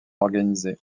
organisé